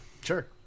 Sure